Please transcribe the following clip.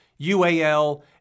ual